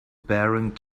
bearing